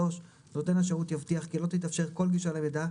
(3)נותן השירות יבטיח כי לא תתאפשר כל גישה למידע,